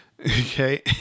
Okay